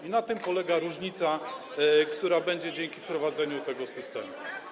I na tym polega różnica, która będzie dzięki wprowadzeniu tego systemu.